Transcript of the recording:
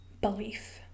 belief